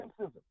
racism